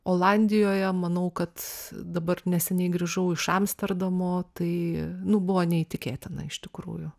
olandijoje manau kad dabar neseniai grįžau iš amsterdamo tai nu buvo neįtikėtinai iš tikrųjų